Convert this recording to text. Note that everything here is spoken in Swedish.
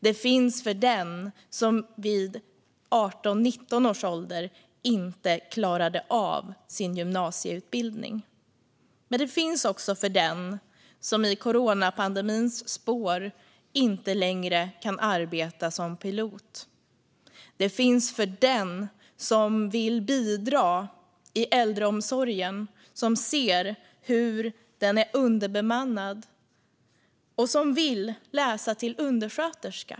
Den finns för dem som vid 18-19 års ålder inte klarade av sin gymnasieutbildning. Men den finns också för dem som i coronapandemins spår inte längre kan arbeta som pilot. Den finns för dem som vill bidra i äldreomsorgen, som ser att den är underbemannad och som vill läsa till undersköterska.